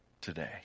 today